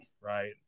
right